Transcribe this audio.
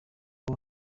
uko